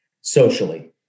socially